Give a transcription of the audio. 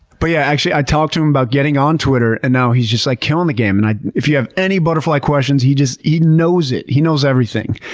but yeah, actually i talked to him about getting on twitter and now he's just, like, killing the game. and if you have any butterfly questions he just, he knows it, he knows everything.